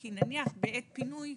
כי נניח בעת פינוי,